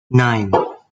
nine